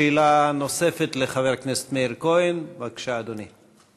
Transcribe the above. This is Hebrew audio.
שאלה נוספת לחבר הכנסת מאיר כהן, בבקשה, אדוני.